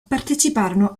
parteciparono